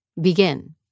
begin